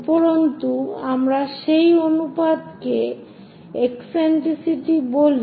উপরন্তু আমরা সেই অনুপাতকে একসেন্ট্রিসিটি বলি